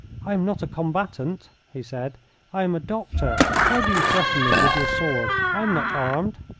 i am not a combatant, he said i am a doctor. why do you threaten me with your sword? i am not armed.